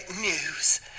news